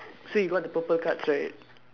so you got the purple cards right